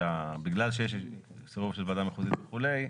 שבגלל שיש סירוב של ועדה מחוזית וכו',